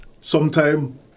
Sometime